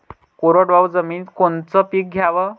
कोरडवाहू जमिनीत कोनचं पीक घ्याव?